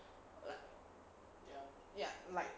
like ya like